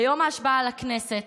ביום ההשבעה לכנסת